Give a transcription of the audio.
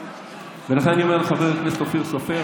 לכן אני אומר לחבר הכנסת אופיר סופר,